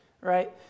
right